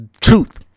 truth